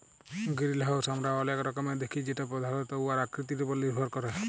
greenhouse আমরা অলেক রকমের দ্যাখি যেট পধালত উয়ার আকৃতির উপর লির্ভর ক্যরে